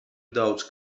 daudz